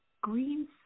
green